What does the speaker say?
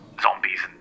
zombies